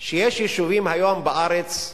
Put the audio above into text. שיש יישובים היום בארץ,